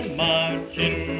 marching